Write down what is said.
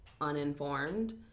uninformed